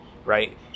right